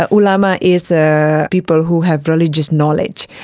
ah ulama is ah people who have religious knowledge.